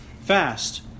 fast